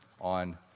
on